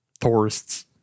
Tourists